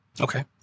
Okay